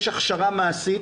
יש הכשרה מעשית,